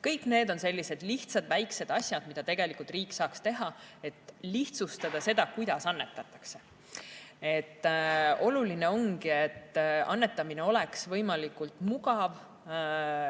Kõik need on sellised lihtsad väiksed asjad, mida tegelikult riik saaks teha, et lihtsustada seda, kuidas annetatakse. Oluline ongi, et annetamine oleks võimalikult mugav,